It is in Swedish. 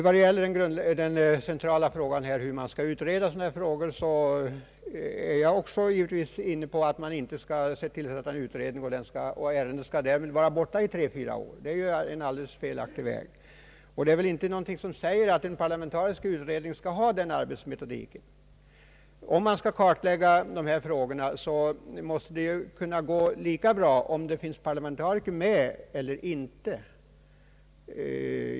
Beträffande den centrala frågan om hur man skall utreda sådana här spörsmål är jag givetvis också av den uppfattningen att man inte skall bara tillsätta en utredning och att ärendet därmed skall vara borta ur debatten tre fyra år. Det är en alldeles felaktig väg. Det är väl heller ingenting som säger att en parlamentarisk utredning skall tillämpa ett sådant arbetssätt. Om man skall kartlägga de här frågorna måste det kunna gå lika bra även om det finns parlamentariker med i utredningen.